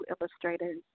illustrators